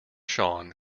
sean